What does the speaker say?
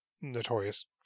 notorious